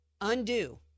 undo